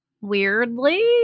weirdly